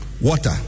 Water